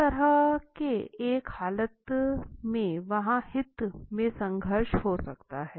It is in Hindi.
इस तरह के एक हालत में वहाँ हित में संघर्ष हो सकता है